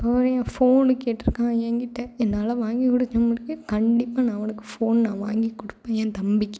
அப்புறம் என் ஃபோனு கேட்டுருக்கான் என்கிட்டே என்னால் வாங்கிக் கொடுக்க முடிஞ்சால் கண்டிப்பாக நான் அவனுக்கு ஃபோன் நான் வாங்கிக் கொடுப்பேன் என் தம்பிக்கு